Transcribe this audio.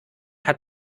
hat